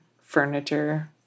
furniture